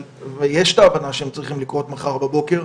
ויש את ההבנה שהם צריכים לקרות מחר בבוקר,